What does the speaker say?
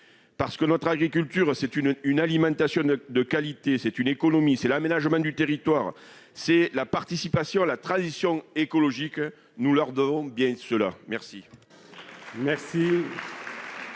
Or notre agriculture, c'est une alimentation de qualité, c'est une économie, c'est l'aménagement du territoire, c'est la participation à la transition écologique. Nous devons bien cela à